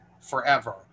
forever